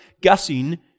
guessing